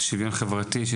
שוויון חברתי,